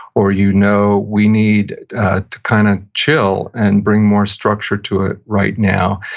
or you know we need to kind of chill and bring more structure to it right now.